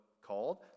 called